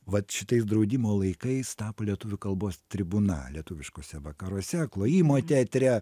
vat šitais draudimo laikais tapo lietuvių kalbos tribūna lietuviškuose vakaruose klojimo teatre